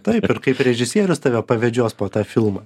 taip ir kaip režisierius tave pavedžios po tą filmą